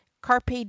carpe